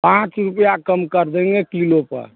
पाँच रुपये कम कर देंगे किलो पर